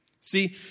See